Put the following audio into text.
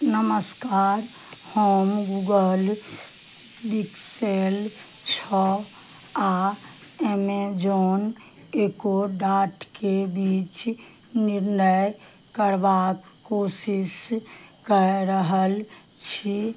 नमस्कार हम Google Pixel छओ आ एमेजॉन एको डाटके बीच निर्णय करबाक कोशिश कै रहल छी